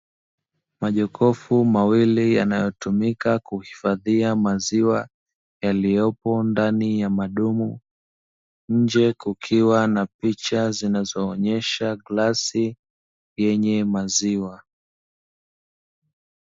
Majokofu mawili yanayotumika kuhifadhia maziwa, yaliyopo ndani ya madumu, nje kukiwa na picha zinazoonyesha glasi, yenye maziwa.